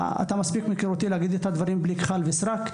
אתה מספיק מכיר אותי בשביל לדעת שאומר את הדברים בלי כחל וסרק.